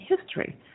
history